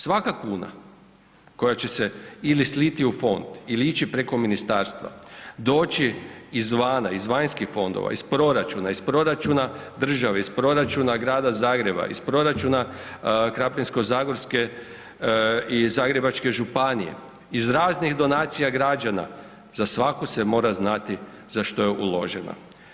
Svaka kuna koja će se ili sliti u fond ili ići preko ministarstva, doći izvana, iz vanjskih fondova, iz proračuna, iz proračuna države, iz proračuna Grada Zagreba, iz proračuna Krapinsko-zagorske i Zagrebačke županije iz raznih donacija građana za svaku se mora znati za što je uložena.